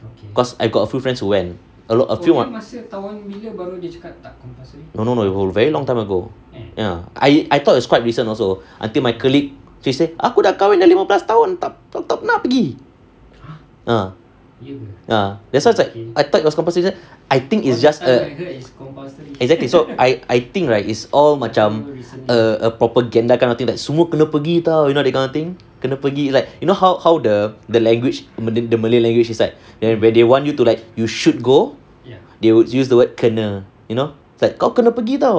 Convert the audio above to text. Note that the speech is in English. cause I got a few friends who went a lot a few or no no no you very long time ago ya I I thought it's quite recent also until my colleague she say aku dah kahwin lima belas tahun tak pernah pergi ah that's why I thought was compulsory I think is just a exactly so I I think right is all macam a propaganda kind of thing like semua kena pergi you know like kind of thing kena pergi like you know how how the the language malay the malay language is like that where they want you to like you should go they would use the word kena you know is like kau kena pergi